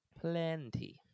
Plenty